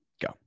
Go